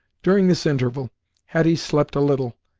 during this interval hetty slept a little,